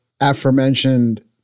aforementioned